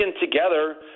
together